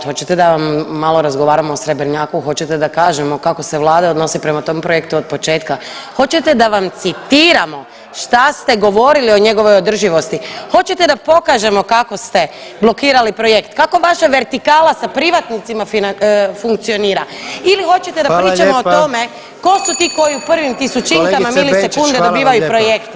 Hoćete da malo razgovaramo o Srebrnjaku, hoćete da kažemo kako se vlada odnosi prema tom projektu od početka, hoćete da vam citiramo šta ste govorili o njegovoj održivosti, hoćete da pokažemo kako ste blokirali projekt, kako vaša vertikala sa privatnicima funkcionira ili hoćete da pričamo [[Upadica: Hvala lijepa.]] o tome tko su ti koji u prvim tisućinkama milisekunde dobivaju projekte?